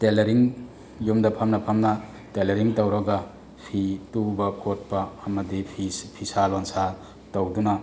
ꯇꯦꯂꯔꯤꯡ ꯌꯨꯝꯗ ꯐꯝꯅ ꯐꯝꯅ ꯇꯦꯂꯔꯤꯡ ꯇꯧꯔꯒ ꯐꯤ ꯇꯨꯕ ꯈꯣꯠꯄ ꯑꯃꯗꯤ ꯐꯤꯁꯥ ꯂꯣꯟꯁꯥ ꯇꯧꯗꯨꯅ